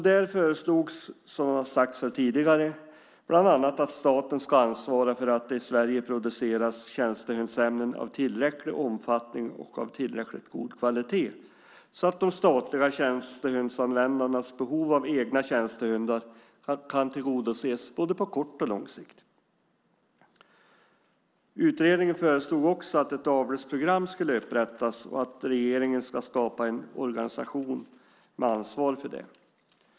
Där föreslogs bland annat, som har sagts här tidigare, att staten ska ansvara för att det i Sverige produceras tjänstehundsämnen av tillräcklig omfattning och tillräckligt god kvalitet så att de statliga tjänstehundsanvändarnas behov av egna tjänstehundar kan tillgodoses på både kort och lång sikt. Utredningen föreslog också att ett avelsprogram skulle upprättas och att regeringen ska skapa en organisation med ansvar för det.